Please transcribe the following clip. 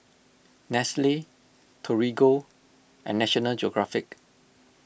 Nestle Torigo and National Geographic